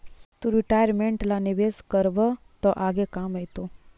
तु रिटायरमेंट ला निवेश करबअ त आगे काम आएतो